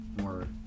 more